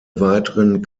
weiteren